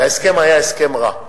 וההסכם היה הסכם רע.